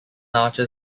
archer